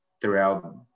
throughout